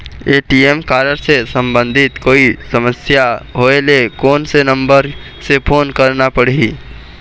ATM card से संबंधित कोई समस्या होय ले, कोन से नंबर से फोन करना पढ़ही?